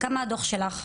כמה הדוח שלך?